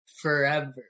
forever